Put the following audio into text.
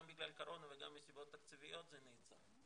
בגלל הקורונה וגם מסיבות תקציביות זה נעצר.